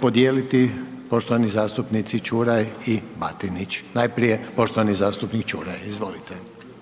podijeliti poštovani zastupnici Čuraj i Batinić. Najprije poštovani zastupnik Čuraj. Izvolite.